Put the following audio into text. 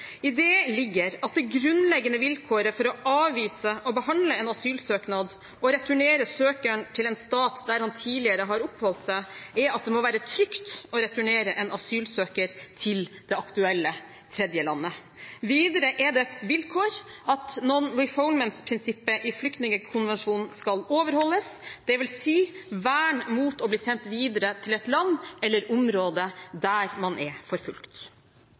I det ligger at det grunnleggende vilkåret for å avvise å behandle en asylsøknad og returnere søkeren til en stat der han tidligere har oppholdt seg, er at det må være trygt å returnere asylsøkeren til det aktuelle tredjelandet. Videre er det et vilkår at «non refoulement»-prinsippet i flyktningkonvensjonen skal overholdes, dvs. vern mot å bli sendt videre til et land eller et område der man er